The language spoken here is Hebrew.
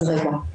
בבקשה.